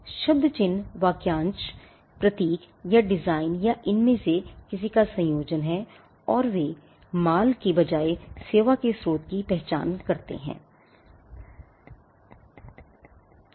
सेवा चिह्न शब्द वाक्यांश प्रतीक या डिजाइन या इनमें से किसी का संयोजन है और वे माल के बजाय सेवा के स्रोत की पहचान करने और अंतर करने के लिए उपयोग किए जाते हैं